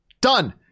Done